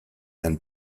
and